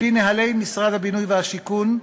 על-פי נוהלי משרד הבינוי והשיכון,